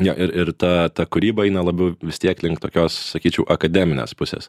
jo ir ir ta ta kūryba eina labiau vis tiek link tokios sakyčiau akademinės pusės